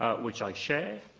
ah which i share.